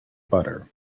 butter